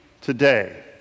today